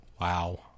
Wow